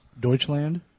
Deutschland